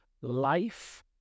life